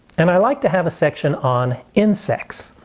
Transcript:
and i like to have a section on insects.